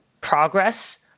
progress